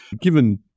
Given